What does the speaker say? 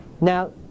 now